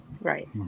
Right